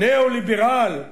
ניאו-ליברל,